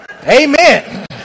Amen